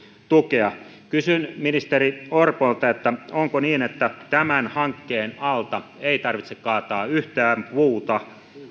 tukea kysyn ministeri orpolta onko niin että tämän hankkeen alta ei tarvitse kaataa yhtään puuta